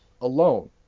alone